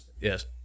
Yes